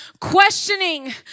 questioning